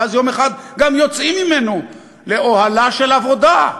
ואז יום אחד גם יוצאים ממנו לאוהלה של עבודה,